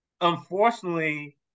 Unfortunately